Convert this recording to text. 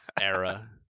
era